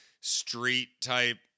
street-type